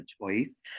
choice